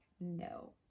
No